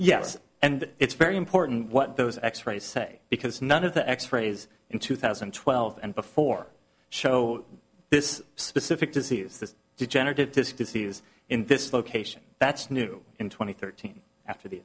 yes and it's very important what those x rays say because none of the x rays in two thousand and twelve and before show this specific disease this degenerative disc disease in this location that's new in two thousand and thirteen after the